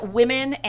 women